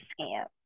scam